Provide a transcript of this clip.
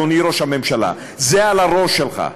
אדוני ראש הממשלה: זה על הראש שלך.